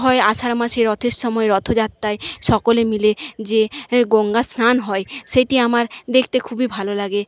হয় আষাঢ় মাসে রথের সময় রথযাত্রায় সকলে মিলে যে গঙ্গা স্নান হয় সেটি আমার দেখতে খুবই ভালো লাগে